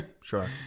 Sure